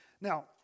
now